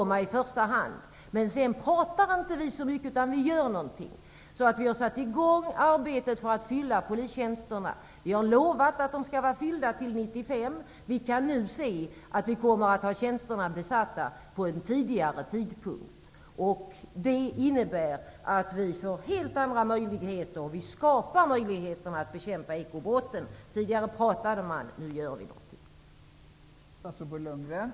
Men vi pratar inte så mycket, utan vi gör någonting. Vi har satt i gång arbetet med att fylla polistjänsterna. Vi har lovat att de skall vara fyllda till 1995, och vi kan nu se att vi kommer att ha tjänsterna besatta vid en tidigare tidpunkt. Det innebär att vi får helt andra möjligheter -- vi skapar möjligheter -- att bekämpa ekobrotten. Tidigare pratade man, nu gör vi någonting.